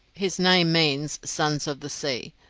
his name means sons of the sea,